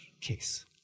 case